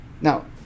Now